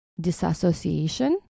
disassociation